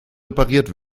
repariert